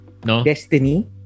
Destiny